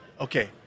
okay